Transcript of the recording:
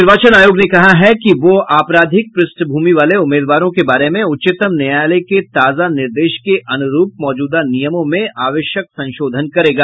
निर्वाचन आयोग ने कहा है कि वह आपराधिक पृष्ठभूमि वाले उम्मीदवारों के बारे में उच्चतम न्यायालय के ताजा निर्देश के अनुरूप मौजूदा नियमों में आवश्यक संशोधन करेगा